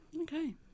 Okay